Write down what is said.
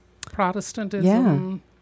Protestantism